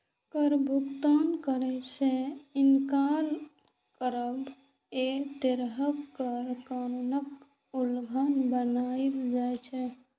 कर भुगतान करै सं इनकार करब एक तरहें कर कानूनक उल्लंघन मानल जाइ छै